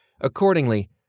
Accordingly